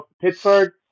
Pittsburgh